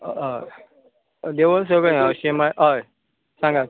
हय देवूळ सगळीं अशीं म्हळ्यार हय सांगात